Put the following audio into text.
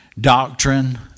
doctrine